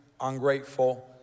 ungrateful